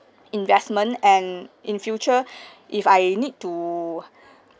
investment and in future if I need to